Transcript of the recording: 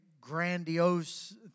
grandiose